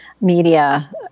media